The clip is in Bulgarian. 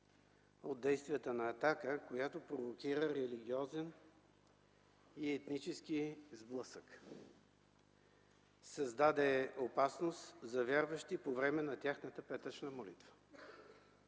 от действията на „Атака”, която провокира религиозен и етнически сблъсък, създаде опасност за вярващи по време на тяхната петъчна молитва.